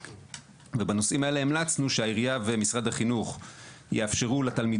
ובנושאים האלה המלצנו שהעירייה ומשרד החינוך יאפשרו וילדי